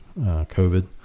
COVID